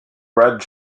brad